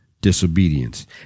disobedience